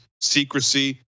secrecy